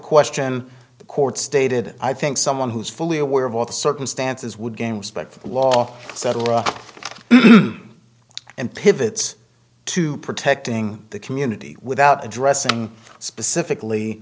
question the court's stated i think someone who is fully aware of all the circumstances would games but the law etc and pivots to protecting the community without addressing specifically